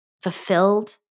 fulfilled